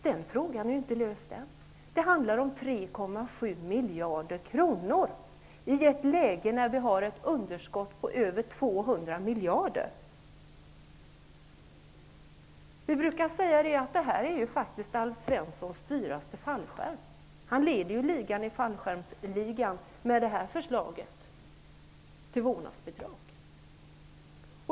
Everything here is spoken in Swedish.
Den frågan är inte löst ännu. Det handlar om 3,7 miljarder kronor i ett läge då vi har ett underskott på över 200 miljarder! Vi brukar säga att detta är Alf Svenssons dyraste fallskärm. Med det här förslaget om vårdnadsbidrag leder han fallskärmsligan.